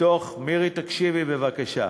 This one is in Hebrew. מירי, תקשיבי בבקשה.